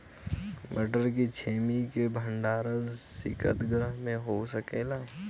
मटर के छेमी के भंडारन सितगृह में हो सकेला?